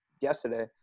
yesterday